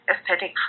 aesthetic